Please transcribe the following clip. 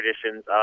traditions